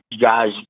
guys